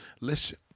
listen